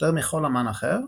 יותר מכל אמן אחר,